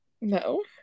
No